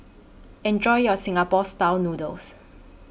Enjoy your Singapore Style Noodles